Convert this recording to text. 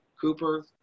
Cooper